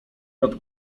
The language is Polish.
nad